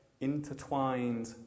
intertwined